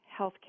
healthcare